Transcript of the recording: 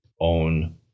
own